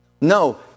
No